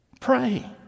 Pray